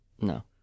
No